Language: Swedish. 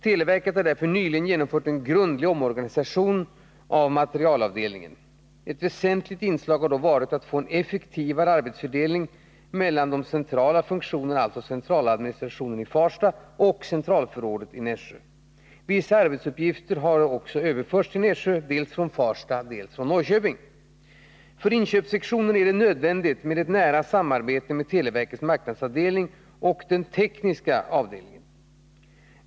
Televerket har därför nyligen genomfört en grundlig omorganisation av materialavdelningen. Ett väsentligt inslag har då varit att få en effektivare arbetsfördelning mellan centraladministrationen i Farsta och centralförrådet i Nässjö. Vissa arbetsuppgifter har därvid överförts till Nässjö, dels från Farsta, dels från Norrköping. För inköpssektionen är det nödvändigt med ett nära samarbete med televerkets marknadsavdelning och den tekniska avdelningen.